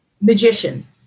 magician